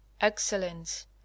excellence